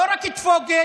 לא רק את פוגל.